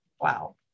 wow